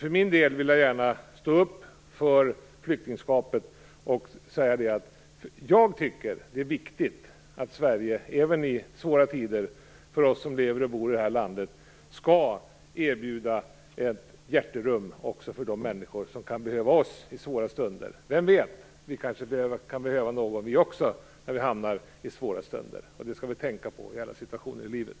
För min del vill jag gärna stå upp för flyktingskapet. Jag tycker att det är viktigt att vi som bor i detta land även i svåra tider skall erbjuda ett hjärterum också för de människor som kan behöva oss i svåra stunder. Vem vet, vi kanske också kan behöva någon när vi hamnar i svåra stunder. Det skall vi tänka på i alla situationer i livet.